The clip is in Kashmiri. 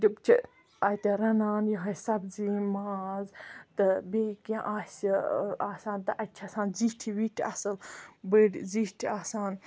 تِم چھِ اَتہِ رَنان یِہٕے سبزی ماز تہٕ بیٚیہِ کیٚنٛہہ آسہِ آسان تہٕ اَتہِ چھِ آسان زِیٹھ وِیٹھ اصل بٔڑۍ زِیٹھ آسان